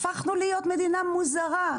הפכנו להיות מדינה מוזרה.